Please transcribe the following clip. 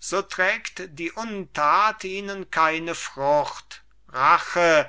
so trägt die untat ihnen keine frucht rache